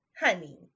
honey